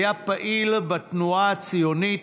והיה פעיל בתנועה הציונית,